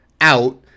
out